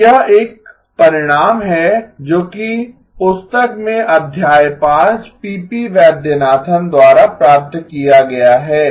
फिर यह एक परिणाम है जोकि पुस्तक में अध्याय 5 पीपी वैद्यनाथन PP Vaidyanathan द्वारा प्राप्त किया गया है